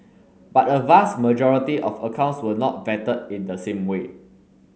but a vast majority of accounts were not vetted in the same way